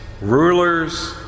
rulers